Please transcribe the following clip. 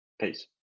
Peace